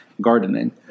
gardening